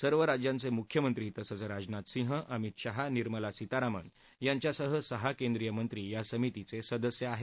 सर्व राज्यांचे मुख्यमंत्री तसंच राजनाथ सिंह अमित शहा निर्मला सीतारामन यांच्यासह सहा केंद्रीय मंत्री या समितीचे सदस्य आहेत